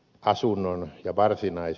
asunnon ja varsinais